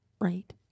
right